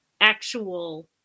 actual